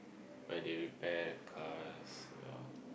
where they repair cars you know